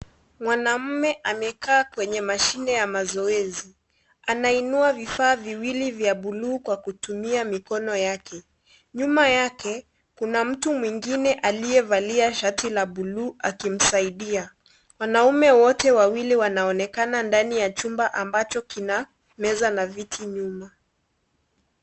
Mwanamme amekaa kwenye mashine ya mazoezi. Anainua vifaa viwili vya bluu kutumia mikono yake. Nyuma yake kuna mtu mwingine aliyevalia shati la bluu akimsaidia. Wanaume wote wawili wanaonekana ndani ya chumba ambacho kina meza na viti nyuma.